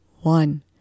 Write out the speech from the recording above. One